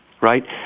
right